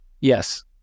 Yes